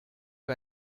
für